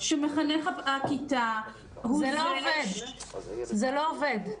שמחנך הכיתה הוא זה --- זה לא עובד.